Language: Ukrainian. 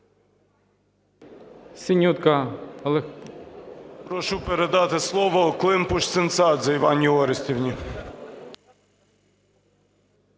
Прошу передати слово Климпуш-Цинцадзе Іванні Орестівні.